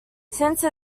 since